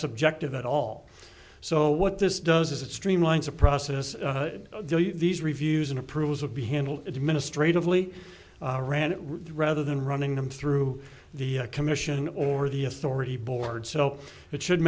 subjective at all so what this does is it streamlines a process these reviews and approvals would be handled administratively rand rather than running them through the commission or the authority board so it should